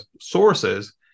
sources